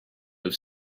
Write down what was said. have